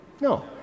No